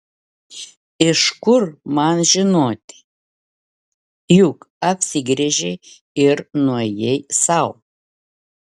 iš kur man žinoti juk apsigręžei ir nuėjai sau